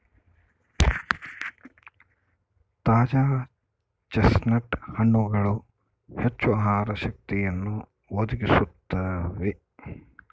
ತಾಜಾ ಚೆಸ್ಟ್ನಟ್ ಹಣ್ಣುಗಳು ಹೆಚ್ಚು ಆಹಾರ ಶಕ್ತಿಯನ್ನು ಒದಗಿಸುತ್ತವೆ